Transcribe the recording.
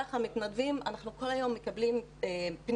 מערך המתנדבים אנחנו כל היום מקבלים פניות,